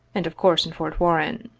and of course in fort warren.